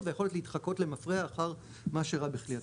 והיכולת להתחקות למפרע אחר מה שאירע בכלי הטייס.